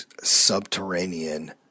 subterranean